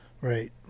Right